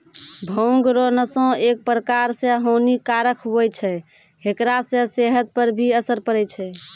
भांग रो नशा एक प्रकार से हानी कारक हुवै छै हेकरा से सेहत पर भी असर पड़ै छै